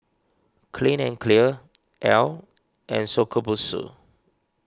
Clean and Clear Elle and Shokubutsu